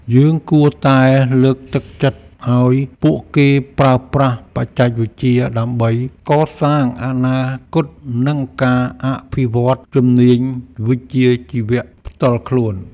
យើងគួរតែលើកទឹកចិត្តឱ្យពួកគេប្រើប្រាស់បច្ចេកវិទ្យាដើម្បីកសាងអនាគតនិងការអភិវឌ្ឍន៍ជំនាញវិជ្ជាជីវៈផ្ទាល់ខ្លួន។